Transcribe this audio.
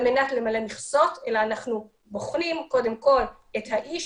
מנת למלא מכסות אלא אנחנו בוחנים קודם כל את האיש,